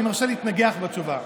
אני מרשה להתנגח בתשובה.